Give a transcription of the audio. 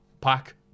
Pack